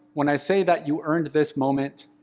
when i say that you earned this moment,